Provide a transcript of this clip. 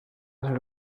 ser